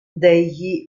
degli